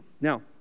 now